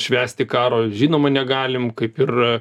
švęsti karo žinoma negalim kaip ir